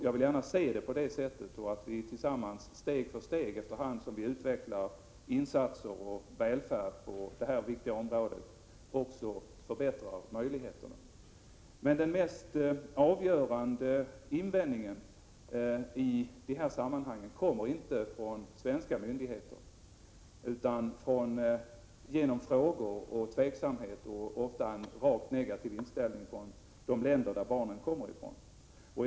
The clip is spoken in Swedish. Jag ser gärna att vi tillsammans, efter hand som vi utvecklar insatser och välfärd på detta viktiga område, steg för steg också förbättrar möjligheterna att adoptera. Men den mest avgörande invändningen i de här sammanhangen kommer inte från svenska myndigheter utan från de länder som barnen kommer ifrån, där man ställer sig frågande och är tveksam samt ofta har en direkt negativ inställning.